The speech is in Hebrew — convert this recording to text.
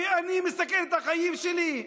אני מסכן את החיים שלי.